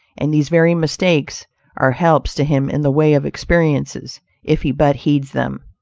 and these very mistakes are helps to him in the way of experiences if he but heeds them.